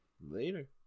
Later